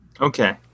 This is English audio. Okay